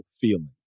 feeling